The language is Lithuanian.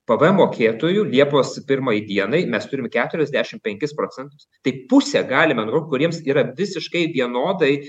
pvm mokėtojų liepos pirmai dienai mes turim keturiasdešim penkis procentus tai pusę galime nubraukt kuriems yra visiškai vienodai